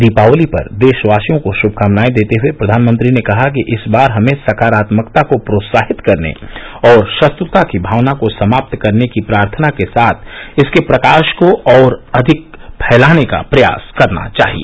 दीपावली पर देशवासिर्यो को श्रभकामनाए देते हुए प्रधानमंत्री ने कहा कि इस बार हमें सकारात्मकता को प्रोत्साहित करने और शत्रुता की भावना को समाप्त करने की प्रार्थना के साथ इसके प्रकाश को और फैलाने का प्रयास करना चाहिए